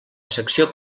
secció